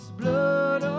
blood